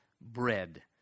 bread